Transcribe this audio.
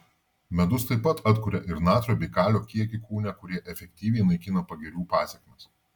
medus taip pat atkuria ir natrio bei kalio kiekį kūne kurie efektyviai naikina pagirių pasekmes